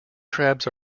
crabs